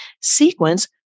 sequence